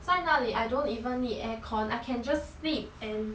在那里 I don't even need air con I can just sleep and